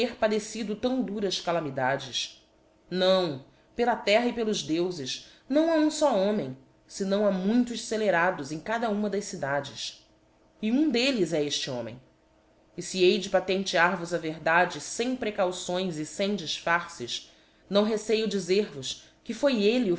padecido tão duras calamidades não pela tem e pelos deufesi não a um fó homem fenão a muitos fcelerados em cada uma das cidades e um d elles é efte homem e fe hei de patentear vos a verdade fem precauções e fem diífarces não receio dizer vos que foi elle